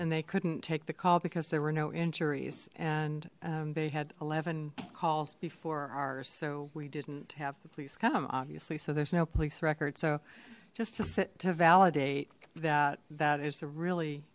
and they couldn't take the call because there were no injuries and they had eleven calls before ours so we didn't have the police come obviously so there's no police record so just to sit to validate that that is a really